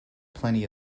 plenty